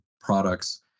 products